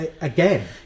Again